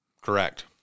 Correct